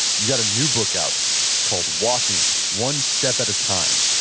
you got a new book out called walking one step at a time.